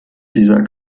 dieser